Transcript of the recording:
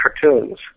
cartoons